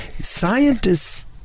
scientists